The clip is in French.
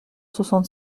soixante